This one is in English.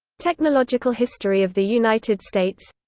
technological history of the united states